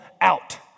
out